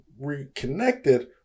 reconnected